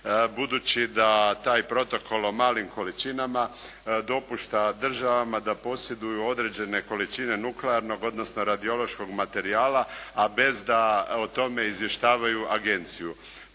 budući da taj protokol o malim količinama dopušta državama da posjeduju određene količine nuklearnog, odnosno radiološkog materijala, a bez da o tome izvještavaju agenciju.